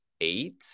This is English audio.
eight